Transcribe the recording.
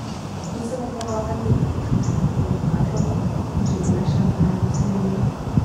jis rasdavo ramybę po šiuo šventuoju ąžuolu šitame šventaragio slėnyje